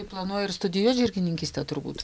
tai planuoji ir studijuot žirgininkystę turbūt